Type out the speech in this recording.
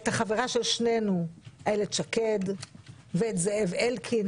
החברה של שנינו אילת שקד ואת זאב אלקין,